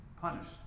punished